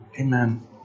Amen